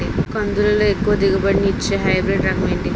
కందుల లో ఎక్కువ దిగుబడి ని ఇచ్చే హైబ్రిడ్ రకం ఏంటి?